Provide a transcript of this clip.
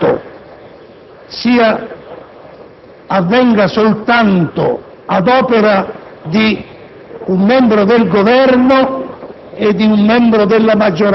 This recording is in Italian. nell'Aula del Senato avvenga soltanto ad opera di un membro del Governo